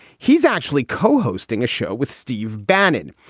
he's actually co-hosting a show with steve bannon,